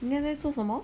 你现在在做什么